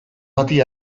bati